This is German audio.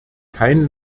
kein